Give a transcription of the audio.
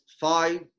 five